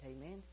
Amen